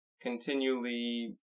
continually